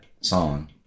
song